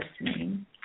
listening